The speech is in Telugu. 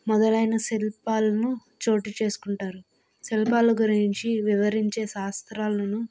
మొదలైన శిల్పాలను చోటు చేసుకుంటారు శిల్పాల గురించి వివరించే శాస్త్రాలను